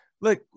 Look